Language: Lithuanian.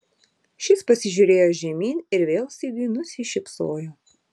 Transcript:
šis pasižiūrėjo žemyn ir vėl sigiui nusišypsojo